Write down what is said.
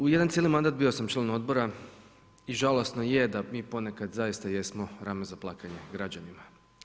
U jedan cijeli mandat bio sam član odbora i žalosno je da mi ponekad zaista jesmo rame za plakanje građanima.